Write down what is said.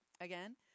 Again